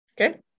okay